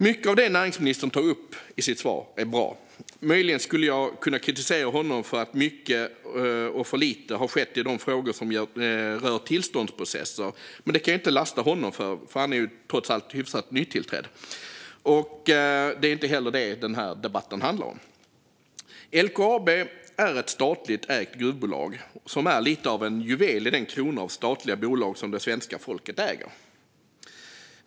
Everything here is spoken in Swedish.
Mycket av det näringsministern tar upp i sitt svar är bra. Möjligen skulle jag kunna kritisera att för lite har skett i de frågor som rör tillståndsprocesser, men det kan jag ju inte lasta honom för - han är trots allt hyfsat nytillträdd. Det är inte heller det den här debatten handlar om. LKAB är ett statligt ägt gruvbolag som är lite av juvelen i kronan av statliga bolag som svenska folket äger.